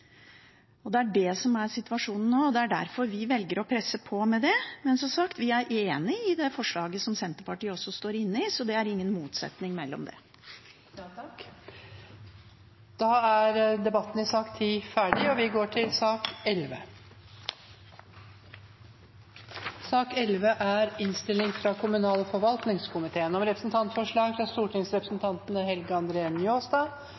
logoped. Det er det som er situasjonen nå, og det er derfor vi velger å presse på med dette. Men vi er som sagt enig i det forslaget Senterpartiet også står inne i, så det er ingen motsetning her. Flere har ikke bedt om ordet til sak nr. 10. Etter ønske fra kommunal- og forvaltningskomiteen